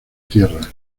tierras